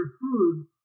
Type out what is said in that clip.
food